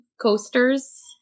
coasters